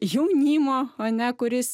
jaunimo ane kuris